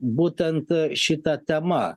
būtent šita tema